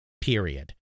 period